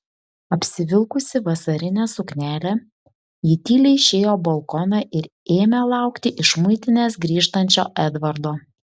apsivilkusi vasarinę suknelę ji tyliai išėjo balkoną ir ėmė laukti iš muitinės grįžtančio edvardo